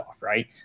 right